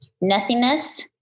nothingness